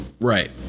right